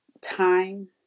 time